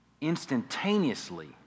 Instantaneously